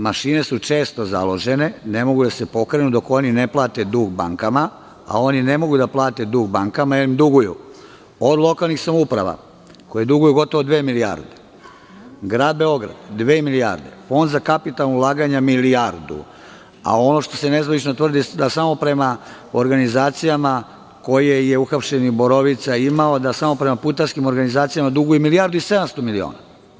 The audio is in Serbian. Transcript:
Mašine su često založene, ne mogu da se pokrenu dok oni ne plate dug bankama, a oni ne mogu da plate dug bankama jer im duguju, od lokalnih samouprava koje duguju gotovo dve milijarde, grad Beograd dve milijarde, Fond za kapitalna ulaganja milijardu, a ono što se nezvanično tvrdi jeste da samo prema organizacijama koje je uhapšeni Borovica imao, da samo prema putarskim organizacijama duguju milijardu i 700 miliona.